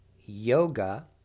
yoga